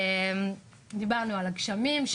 דיברנו על הגשמים,